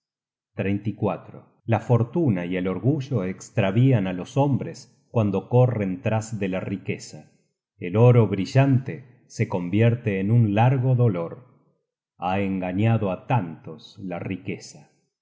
la fortuna y el orgullo estravian á los hombres cuando corren tras de la riqueza el oro brillante se convierte en un largo dolor ha engañado á tantos la riqueza